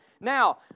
Now